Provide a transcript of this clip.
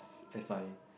as I